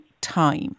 time